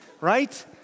Right